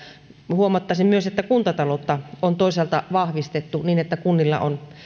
huomauttaisin myös että kuntataloutta on toisaalta vahvistettu niin että kunnilla on